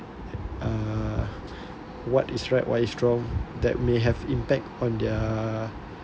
uh what is right what is wrong that may have impact on their